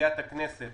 במליאת הכנסת